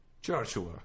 Joshua